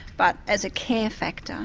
but as a care factor,